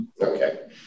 Okay